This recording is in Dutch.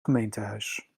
gemeentehuis